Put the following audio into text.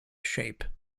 shape